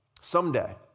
Someday